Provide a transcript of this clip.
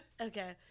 Okay